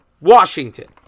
Washington